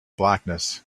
blackness